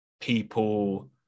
people